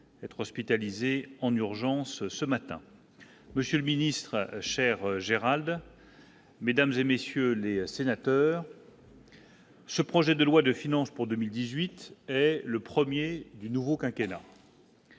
être hospitalisé en urgence, ce matin, monsieur le ministre, chers Gérald mesdames et messieurs les sénateurs. Ce projet de loi de finances pour 2018 le 1er du nouveau quinquennat.